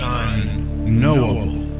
unknowable